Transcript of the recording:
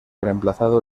reemplazado